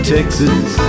Texas